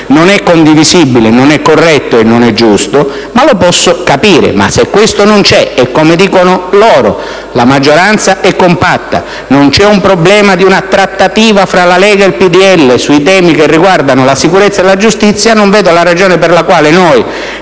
non è condivisibile, non è corretto e non è giusto, ma lo posso capire. Ma se questo non c'è, e, come affermano loro stessi, la maggioranza è compatta, non c'è il problema di una trattativa tra la Lega e il PdL sui temi che riguardano la sicurezza e la giustizia, non vedo la ragione per la quale non